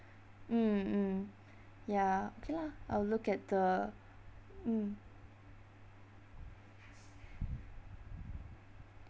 mm mm ya okay lah I'll look at the mm